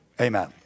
Amen